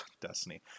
destiny